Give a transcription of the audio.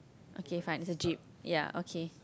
okay fine it's a jeep ya okay